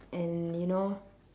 and you know